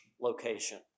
location